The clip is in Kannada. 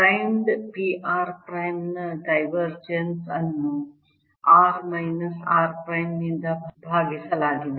ಪ್ರೈಮ್ಡ್ p r ಪ್ರೈಮ್ ನ ಡೈವರ್ಜೆನ್ಸ್ ಅನ್ನು r ಮೈನಸ್ r ಪ್ರೈಮ್ ನಿಂದ ಭಾಗಿಸಿ ಭಾಗಿಸಲಾಗಿದೆ